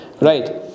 Right